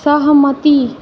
सहमति